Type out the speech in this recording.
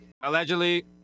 allegedly